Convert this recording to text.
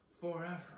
forever